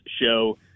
show